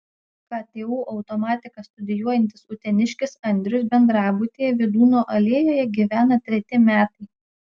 ktu automatiką studijuojantis uteniškis andrius bendrabutyje vydūno alėjoje gyvena treti metai